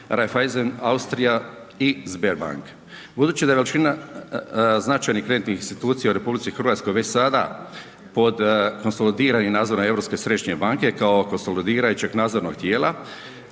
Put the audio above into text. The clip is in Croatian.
Raiffeisen Austria i Sberbank. Budući da je veličina značajnih kreditnih institucija u RH već sada pod konsolidiranim nadzorom Europske središnje banke kao konsolidirajućeg nadzornog tijela,